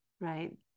right